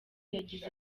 yagize